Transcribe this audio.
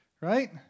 right